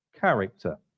character